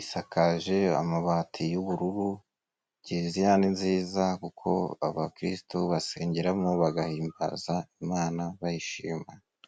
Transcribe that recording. isakaje amabati y'ubururu. Kiliziya ni nziza kuko abakristu basengeramo bagahimbaza Imana bayishima.